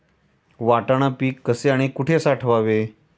वाटाणा पीक कसे आणि कुठे साठवावे?